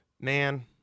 man